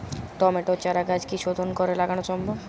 টমেটোর চারাগাছ কি শোধন করে লাগানো সম্ভব?